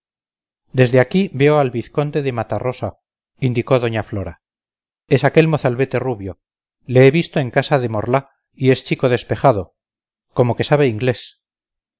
desde aquí veo al vizconde de matarrosa indicó doña flora es aquel mozalbete rubio le he visto en casa de morlá y es chico despejado como que sabe inglés